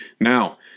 Now